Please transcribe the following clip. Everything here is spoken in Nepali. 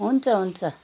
हुन्छ हुन्छ